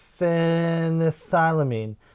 phenethylamine